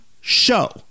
show